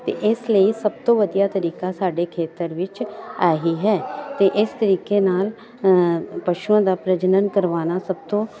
ਅਤੇ ਇਸ ਲਈ ਸਭ ਤੋਂ ਵਧੀਆ ਤਰੀਕਾ ਸਾਡੇ ਖੇਤਰ ਵਿੱਚ ਆਹੀ ਹੈ ਅਤੇ ਇਸ ਤਰੀਕੇ ਨਾਲ ਪਸ਼ੂਆਂ ਦਾ ਪ੍ਰਜਨਣ ਕਰਵਾਉਣਾ ਸਭ ਤੋਂ